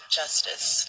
justice